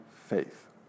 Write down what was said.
faith